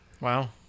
Wow